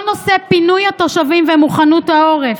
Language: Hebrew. כל נושא פינוי התושבים ומוכנות העורף.